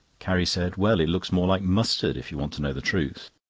carrie said well, it looks more like mustard, if you want to know the truth.